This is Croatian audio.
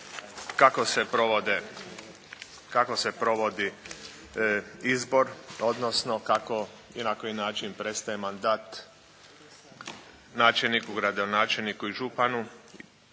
kako se provodi izbor, odnosno kako i na koji način prestaje mandat načelniku, gradonačelniku i županu